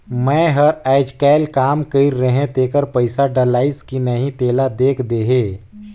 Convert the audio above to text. मै हर अईचकायल काम कइर रहें तेकर पइसा डलाईस कि नहीं तेला देख देहे?